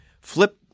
flip